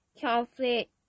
conflict